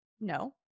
no